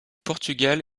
portugal